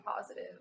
positive